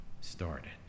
started